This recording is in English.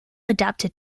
adapted